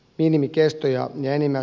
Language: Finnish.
minimikestoja janina